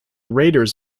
raiders